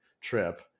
trip